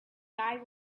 died